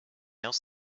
else